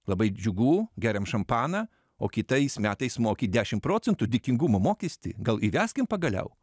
labai džiugu geriam šampaną o kitais metais moki dešim procentų dėkingumo mokestį gal įveskim pagaliau